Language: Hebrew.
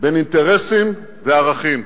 בין אינטרסים לערכים.